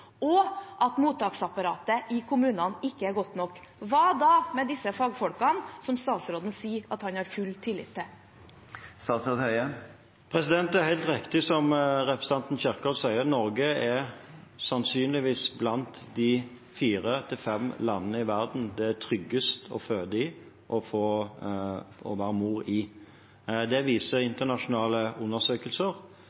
og at mottaksapparatet i kommunene ikke er godt nok? Hva da med disse fagfolkene, som statsråden sier at han har full tillit til? Det er helt riktig som representanten Kjerkol sier, at Norge er sannsynligvis blant de fire–fem landene i verden det er tryggest å føde i og være mor i. Det viser